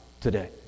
today